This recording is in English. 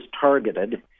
targeted